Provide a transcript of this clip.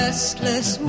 restless